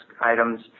items